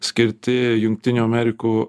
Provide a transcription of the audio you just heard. skirti jungtinių amerikų